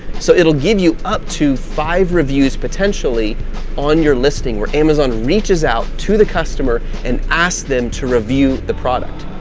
so, it'll give you up to five reviews potentially on your listing where amazon reaches out to the customer and ask them to review the product.